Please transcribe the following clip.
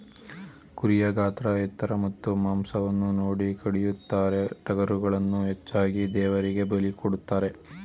ಕುರಿಯ ಗಾತ್ರ ಎತ್ತರ ಮತ್ತು ಮಾಂಸವನ್ನು ನೋಡಿ ಕಡಿಯುತ್ತಾರೆ, ಟಗರುಗಳನ್ನು ಹೆಚ್ಚಾಗಿ ದೇವರಿಗೆ ಬಲಿ ಕೊಡುತ್ತಾರೆ